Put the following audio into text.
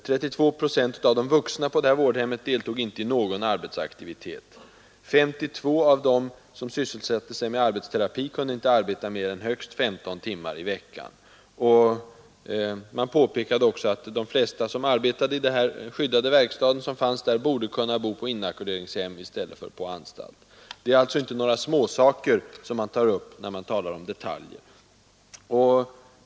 32 procent av de vuxna på det här vårdhemmet deltog inte i någon arbetsaktivitet. 52 av dem som sysselsatte sig med arbetsterapi kunde inte arbeta mer än högst 15 timmar i veckan. Det påpekades också att de flesta som arbetade i den skyddade verkstad som fanns borde kunna bo på inackorderingshem i stället för på anstalten. Det är alltså inte några småsaker som tas upp trots att det talas om detaljer.